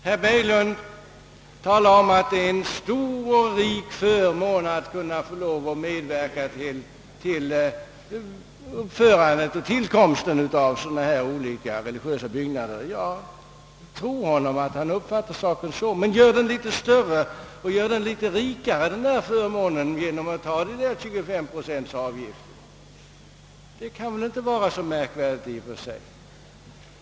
Herr Berglund sade att det är en stor och rik förmån att kunna få lov att medverka till uppförandet av olika religiösa byggnader. Ja jag tror att han uppfattar saken så. Men kunde inte den förmånen göras litet större och litet rikare genom att ta den 25-procentiga avgiften? Det kan väl i och för sig inte vara så märkvärdigt.